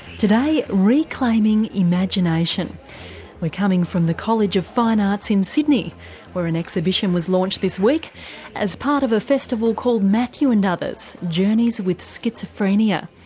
today reclaiming imagination we're coming from the college of fine arts in sydney where an exhibition was launched this week as part of a festival called matthew and others journeys with schizophrenia.